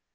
volta